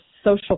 social